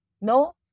no